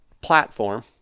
platform